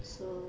so